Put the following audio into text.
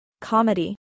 Comedy